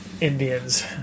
Indians